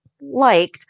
liked